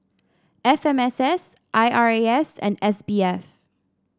F M S S I R A S and S B F